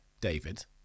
David